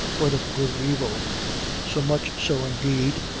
whether for good or evil so much so, indeed,